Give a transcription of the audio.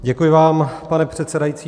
Děkuji vám, pane předsedající.